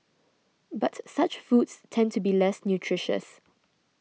but such foods tend to be less nutritious